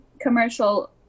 commercial